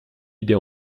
idée